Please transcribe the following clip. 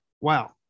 wow